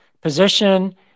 Position